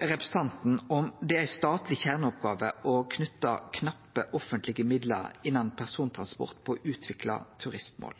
representanten om det er ei statleg kjerneoppgåve å nytte knappe offentlege midlar innan persontransport på å utvikle turistmål.